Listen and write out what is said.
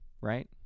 right